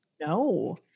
No